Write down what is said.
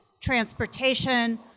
transportation